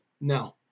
No